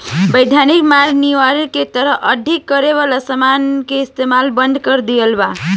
वैधानिक मार्ग नियर के तहत अधिक कर वाला समान के इस्तमाल बंद कर दियाला